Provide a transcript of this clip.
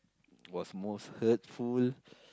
was most hurtful